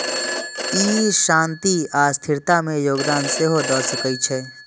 ई शांति आ स्थिरता मे योगदान सेहो दए सकै छै